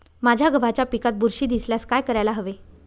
माझ्या गव्हाच्या पिकात बुरशी दिसल्यास काय करायला हवे?